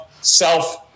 self